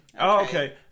okay